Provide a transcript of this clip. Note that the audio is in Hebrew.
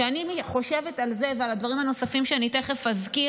כשאני חושבת על זה ועל הדברים הנוספים שאני תכף אזכיר,